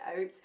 out